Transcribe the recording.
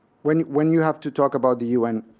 when when you have to talk about the un,